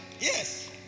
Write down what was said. Yes